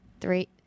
three